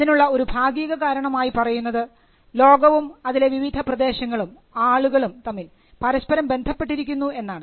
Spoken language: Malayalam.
അതിനുള്ള ഒരു ഭാഗിക കാരണമായി പറയുന്നത് ലോകവും അതിലെ വിവിധ പ്രദേശങ്ങളും ആളുകളും തമ്മിൽ പരസ്പരം ബന്ധപ്പെട്ടിരിക്കുന്നു എന്നാണ്